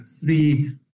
three